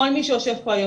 כל מי שיושב פה היום,